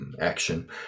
action